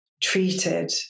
treated